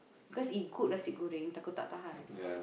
because if good nasi goreng takut tak tahan